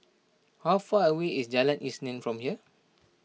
how far away is Jalan Isnin from here